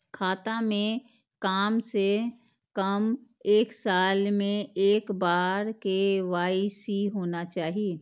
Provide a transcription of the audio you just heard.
खाता में काम से कम एक साल में एक बार के.वाई.सी होना चाहि?